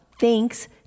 Thanks